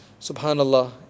Subhanallah